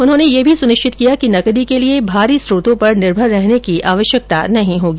उन्होंने यह भी सुनिश्चित किया कि नकदी के लिए बाहरी स्त्रोतों पर निर्भर रहने की आवश्यकता नहीं होगी